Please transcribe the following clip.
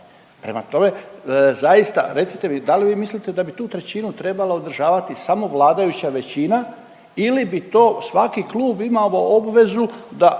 prema tome zaista recite mi da li vi mislite da bi tu trećinu trebala održavati samo vladajuća većina ili bi to svaki klub imao obvezu da